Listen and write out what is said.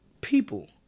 people